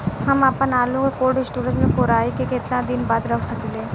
हम आपनआलू के कोल्ड स्टोरेज में कोराई के केतना दिन बाद रख साकिले?